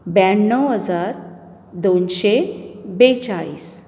ब्याणव हजार दोनशें बेचाळीस